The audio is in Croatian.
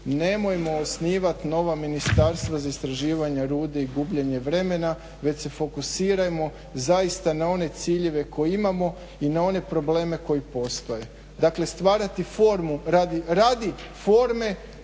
nemojmo osnivat nova ministarstva za istraživanje ruda i gubljenje vremena, već se fokusirajmo zaista na one ciljeve koje imamo i na one probleme koji postoje. Dakle stvarati formu radi forme